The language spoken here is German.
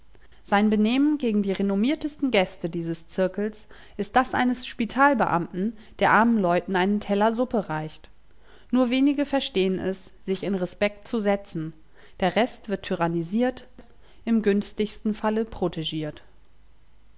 sein benehmen gegen die renommiertesten gäste dieses zirkels ist das eines spital beamten der armen leuten einen teller suppe reicht nur wenige verstehn es sich in respekt zu setzen der rest wird tyrannisiert im günstigsten falle protegiert